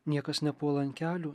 niekas nepuola ant kelių